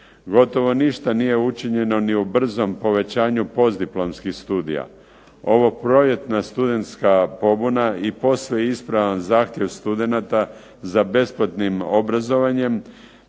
Gotovo ništa nije učinjeno ni u brzom povećanju postdiplomskih studija. Ova proljetna studentska pobuna i poslije ispravan zahtjev studenata za besplatnim obrazovanjem,